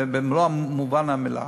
במלוא מובן המילה.